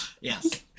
Yes